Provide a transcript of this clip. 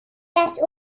das